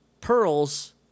Pearls